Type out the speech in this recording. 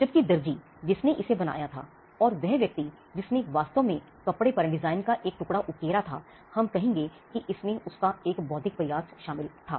जबकि दर्जी जिसने इसे बनाया था या वह व्यक्ति जिसने वास्तव में कपड़े पर डिजाइन का एक टुकड़ा उकेरा था हम कहेंगे कि इसमें उसका एक बौद्धिक प्रयास शामिल था